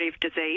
disease